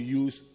use